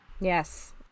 Yes